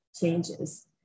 changes